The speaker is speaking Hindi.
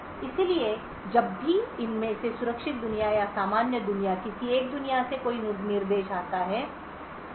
इसलिए जब भी इनमें से सुरक्षित दुनिया या सामान्य दुनिया किसी एक दुनिया से कोई निर्देश आता है तो